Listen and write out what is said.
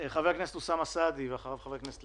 בעקבות פנייה נוספת שנערכה בשעות האחרונות מהמרכז לשלטון